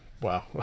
Wow